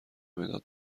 مداد